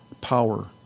power